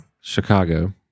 Chicago